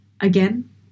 again